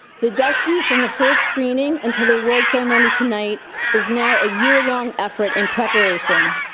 the dustys from the first screening until the award ceremony tonight is now a year-long effort and preparation.